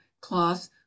cloth